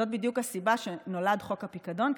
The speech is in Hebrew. זאת בדיוק הסיבה שנולד חוק הפיקדון,